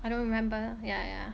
I don't remember yeah yeah